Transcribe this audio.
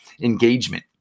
engagement